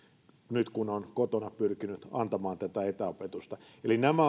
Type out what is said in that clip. nyt kun on itse kotona pyrkinyt antamaan tätä etäopetusta eli nämä